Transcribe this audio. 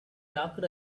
locked